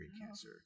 cancer